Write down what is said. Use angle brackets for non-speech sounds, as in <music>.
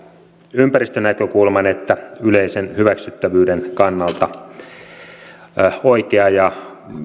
ympäristönäkökulman että <unintelligible> yleisen hyväksyttävyyden kannalta oikea ja